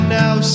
now